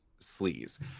sleaze